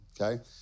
okay